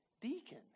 deacon